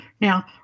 Now